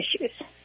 issues